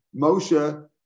Moshe